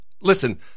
Listen